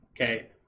okay